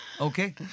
Okay